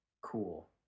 cool